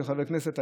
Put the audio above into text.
כחברי כנסת.